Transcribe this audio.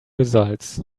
results